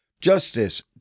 Justice